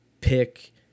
pick